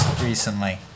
recently